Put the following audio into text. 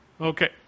Okay